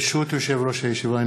ברשות יושב-ראש הישיבה,